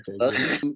okay